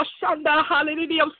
Hallelujah